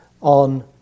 on